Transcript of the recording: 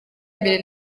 mbere